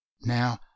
Now